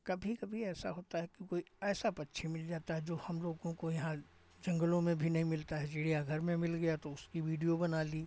कभी कभी ऐसा होता है कि कोई ऐसा पक्षी मिल जाता है जो हम लोगों को यहाँ जंगलों में भी नहीं मिलता है चिड़ियाघर में मिल गया तो उसकी वीडियो बना ली